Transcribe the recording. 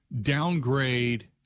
downgrade